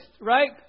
right